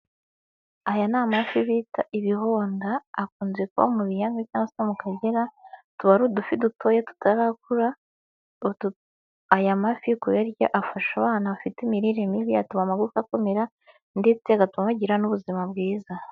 Aya ni amafi bita Ibihonda, akunze kuba mu biyaga cyangwa se mu Kagera, tuba ari udufi dutoya tutarakura, aya mafi kuyarya afasha abana bafite imirire mibi, atuma amagufa akomera ndetse agatuma bagira n'ubuzima bwiza.